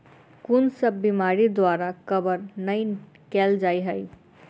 कुन सब बीमारि द्वारा कवर नहि केल जाय है?